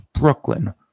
Brooklyn